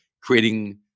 creating